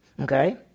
Okay